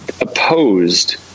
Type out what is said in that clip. opposed